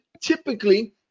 typically